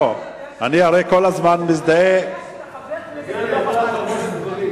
אני הרי כל הזמן מזדהה אתכם במאבק,